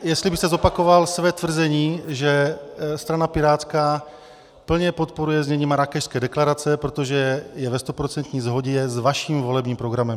Jestli byste zopakoval své tvrzení, že strana pirátská plně podporuje znění Marrákešské deklarace, protože je ve stoprocentní shodě s vaším volebním programem.